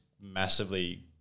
massively